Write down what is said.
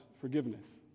forgiveness